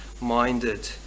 minded